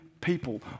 people